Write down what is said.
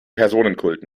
personenkult